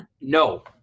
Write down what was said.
no